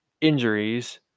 injuries